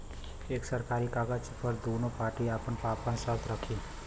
एक सरकारी कागज पर दुन्नो पार्टी आपन आपन सर्त रखी